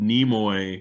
Nimoy